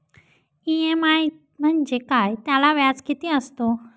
EMI म्हणजे काय? त्याला व्याज किती असतो?